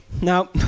no